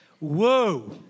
whoa